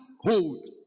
hold